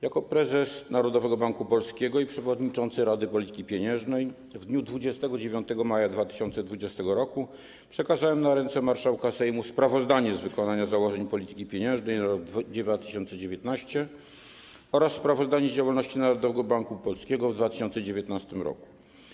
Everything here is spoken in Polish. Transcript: Jako prezes Narodowego Banku Polskiego i przewodniczący Rady Polityki Pieniężnej w dniu 29 maja 2020 r. przekazałem na ręce marszałka Sejmu sprawozdanie z wykonania założeń polityki pieniężnej za rok 2019 r. oraz sprawozdanie z działalności Narodowego Banku Polskiego w 2019 r.